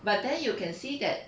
but then you can see that